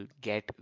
get